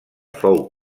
fou